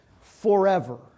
forever